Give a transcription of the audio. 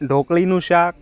ઢોકળીનું શાક